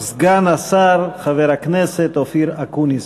סגן השר חבר הכנסת אופיר אקוניס.